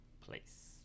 place